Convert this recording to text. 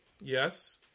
Yes